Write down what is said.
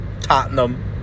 Tottenham